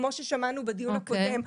כמו ששמענו בדיון הקודם,